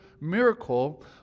miracle